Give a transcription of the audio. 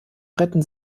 retten